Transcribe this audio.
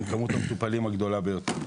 עם כמות המטופלים הגדולה ביותר.